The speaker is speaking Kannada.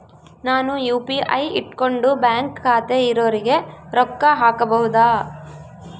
ನಾನು ಯು.ಪಿ.ಐ ಇಟ್ಕೊಂಡು ಬ್ಯಾಂಕ್ ಖಾತೆ ಇರೊರಿಗೆ ರೊಕ್ಕ ಹಾಕಬಹುದಾ?